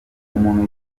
umuntu